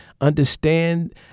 understand